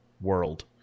world